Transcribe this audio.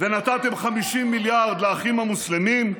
ונתתם 50 מיליארד לאחים המוסלמים,